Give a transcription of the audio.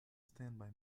standby